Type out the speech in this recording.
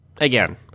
again